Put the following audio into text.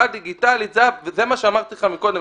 הדיגיטלית וזה מה שאמרתי לך קודם,